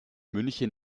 münchen